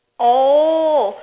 oh